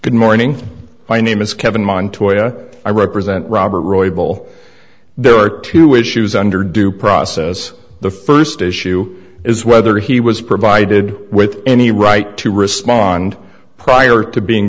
good morning my name is kevin montoya i represent robert roybal there are two issues under due process the first issue is whether he was provided with any right to respond prior to being